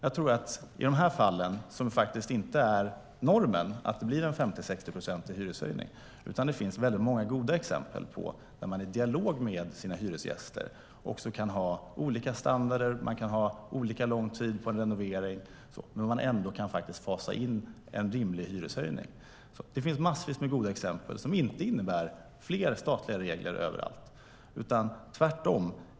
En hyreshöjning på 50-60 procent är faktiskt inte normen, utan det finns många goda exempel där man i dialog med sina hyresgäster också kan bestämma om olika standarder och olika lång tid för en renovering men ändå kan fasa in en rimlig hyreshöjning. Det finns alltså massvis med goda exempel som inte innebär fler statliga regler överallt, utan tvärtom.